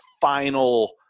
final